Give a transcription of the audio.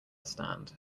stand